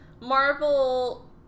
Marvel